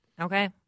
Okay